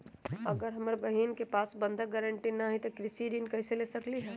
अगर हमर बहिन के पास बंधक गरान्टी न हई त उ कृषि ऋण कईसे ले सकलई ह?